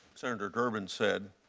senator durbin said,